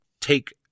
take